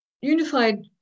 unified